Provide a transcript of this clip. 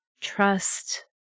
trust